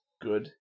good